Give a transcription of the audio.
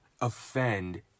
offend